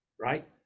right